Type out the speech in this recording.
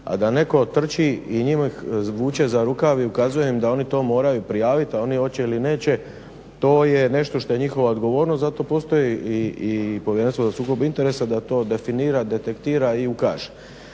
A da netko otrči i njih vuče za rukav i ukazuje im da oni to moraju prijaviti, a oni hoće ili neće to je nešto što je njihova odgovornost. Zato postoji i Povjerenstvo za sukob interesa da to definira, detektira i ukaže.